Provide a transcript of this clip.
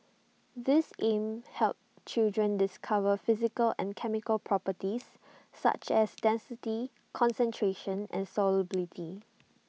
these aim help children discover physical and chemical properties such as density concentration and solubility